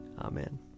Amen